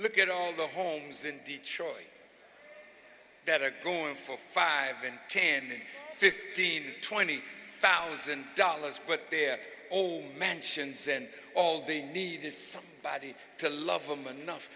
look at all the homes in detroit that are going for five in ten fifteen twenty thousand dollars but they're all mansions and all they need is some body to love them enough